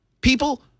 People